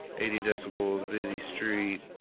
eighty decibels busy street,